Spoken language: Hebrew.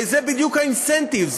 הרי זה בדיוק האינסנטיב,